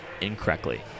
incorrectly